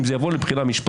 אם זה יבוא לבחינה משפטית,